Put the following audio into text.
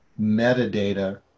metadata